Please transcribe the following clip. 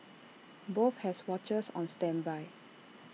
both have watchers on standby